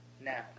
Now